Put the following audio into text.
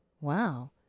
Wow